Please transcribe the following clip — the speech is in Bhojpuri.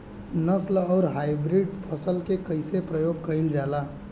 नस्ल आउर हाइब्रिड फसल के कइसे प्रयोग कइल जाला?